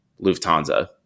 Lufthansa